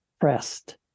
pressed